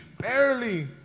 barely